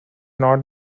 not